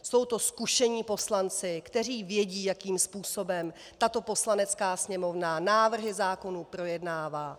Jsou to zkušení poslanci, kteří vědí, jakým způsobem Poslanecká sněmovna návrhy zákonů projednává.